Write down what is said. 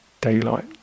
daylight